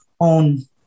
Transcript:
own